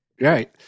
Right